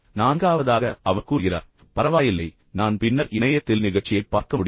நான்காவதாக அவர் கூறுகிறார் பரவாயில்லை நான் பின்னர் இணையத்தில் நிகழ்ச்சியைப் பார்க்க முடியும்